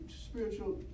spiritual